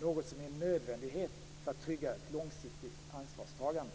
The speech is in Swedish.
något som är en nödvändighet för att trygga ett långsiktigt ansvarstagande.